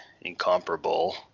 incomparable